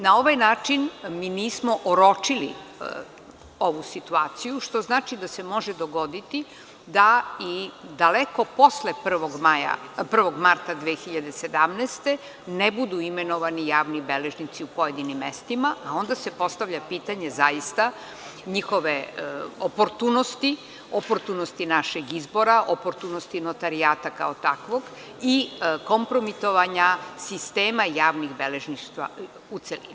Na ovaj način, mi nismo oročili ovu situaciju, što znači da se može dogoditi da i daleko posle 1. marta 2017. godine ne budu imenovani javni beležnici u pojedinim mestima, a onda se postavlja pitanje, zaista, njihove oportunosti, oportunosti našeg izbora, oportunosti notarijata, kao takvog, i kompromitovanja sistema javnog beležništva u celini.